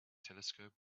telescope